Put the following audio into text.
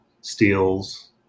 steels